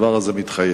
הדבר הזה מתחייב.